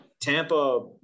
Tampa